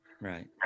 Right